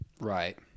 Right